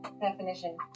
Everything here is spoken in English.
definition